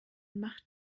macht